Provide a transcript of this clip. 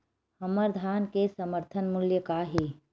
हमर धान के समर्थन मूल्य का हे?